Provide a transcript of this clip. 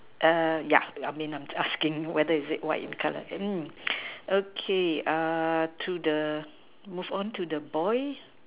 ya just asking if it's white in colour okay move on to the boy